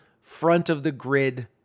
front-of-the-grid